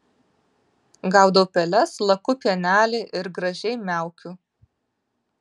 gaudau peles laku pienelį ir gražiai miaukiu